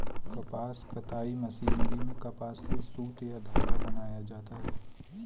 कपास कताई मशीनरी में कपास से सुत या धागा बनाया जाता है